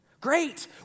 Great